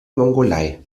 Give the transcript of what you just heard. mongolei